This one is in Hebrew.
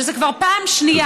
וזו כבר פעם שנייה,